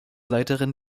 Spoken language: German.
leiterin